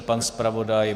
Pan zpravodaj?